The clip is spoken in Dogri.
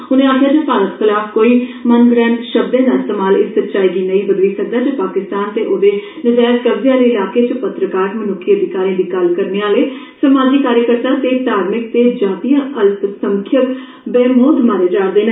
उनें आकखेआ जे भारत खलाफ कोई मनघड़ेंत शब्दे दा इस्तेमाल इस सच्चाई गी नेई बदली सकदा जे पाकिस्तान ते ओहदे नजैज कब्ज आले इलाकें च पत्रकार मनुक्खी अधिकारें दी गल्ल करने आले समाजी कार्जकर्ता ते धार्मिक ते जातीय अल्पसंख्यक बेमौत मारे जा करदे न